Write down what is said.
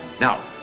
Now